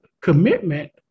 commitment